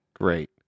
Great